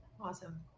Awesome